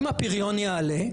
אם הפריון יעלה,